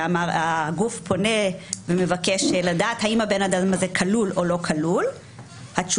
שהגוף פונה ומבקש לדעת האם הבן אדם הזה כלול או לא כלול בדיגיטלי,